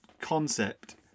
concept